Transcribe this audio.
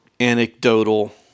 anecdotal